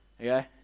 okay